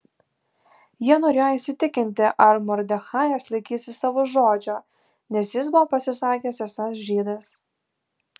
jie norėjo įsitikinti ar mordechajas laikysis savo žodžio nes jis buvo pasisakęs esąs žydas